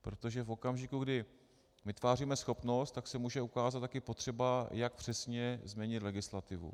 Protože v okamžiku, kdy vytváříme schopnost, tak se může ukázat také potřeba, jak přesně změnit legislativu.